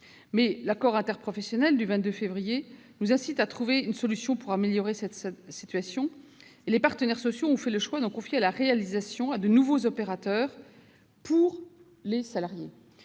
national interprofessionnel, ou ANI, du 22 février 2018 nous incite à trouver une solution pour améliorer cette situation. Les partenaires sociaux ont fait le choix d'en confier la réalisation à de nouveaux opérateurs pour les salariés,